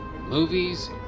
movies